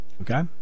Okay